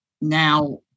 Now